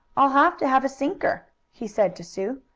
i'll have to have a sinker, he said to sue.